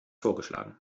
vorgeschlagen